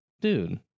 Dude